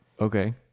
okay